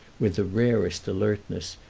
with the rarest alertness,